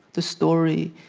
the story,